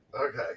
okay